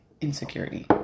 insecurity